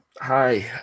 Hi